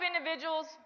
individuals